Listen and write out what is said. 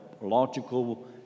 logical